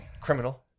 Criminal